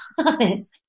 promise